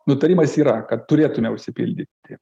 nutarimas yra kad turėtume užsipildyti